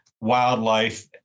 wildlife –